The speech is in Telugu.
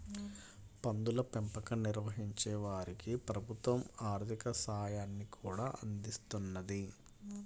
పందుల పెంపకం నిర్వహించే వారికి ప్రభుత్వం ఆర్ధిక సాయాన్ని కూడా అందిస్తున్నది